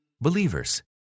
Believers